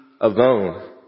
alone